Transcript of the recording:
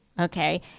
okay